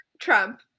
trump